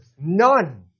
None